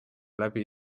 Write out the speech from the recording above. läbi